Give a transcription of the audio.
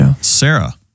Sarah